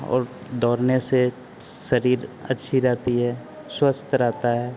और दौड़ने से शरीर अच्छी रहती है स्वस्थ रहता है